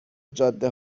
جاده